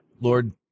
Lord